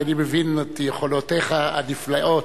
כי אני מבין את יכולותיך הנפלאות,